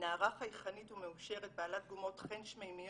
מנערה חייכנית ומאושרת בעלת גומות חן שמיימיות,